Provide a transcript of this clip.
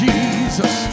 Jesus